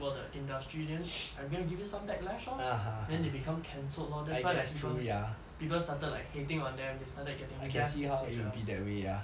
我的 industry then I'm gonna give you some backlash lor then they become cancelled lor then that's why like people people started like hating on them they started getting death messages